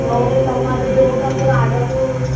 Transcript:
ನೋಡ್ರಿ ಕಮ್ ಮಾಡ್ರಿ ಒಟ ಅಂದ್ರ ಆಗಲ್ತೂ